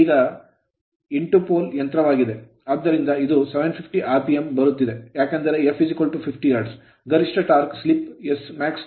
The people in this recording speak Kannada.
ಆದ್ದರಿಂದ ಇದು 750 rpm ಬರುತ್ತಿದೆ ಏಕೆಂದರೆ f 50 hertz ಹರ್ಟ್ಜ್ ಗರಿಷ್ಠ torque ಟಾರ್ಕ್ಕ್ಕಾಗಿ slip ಸ್ಲಿಪ್ smaxT nS